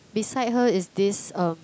beside her is this um